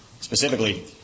specifically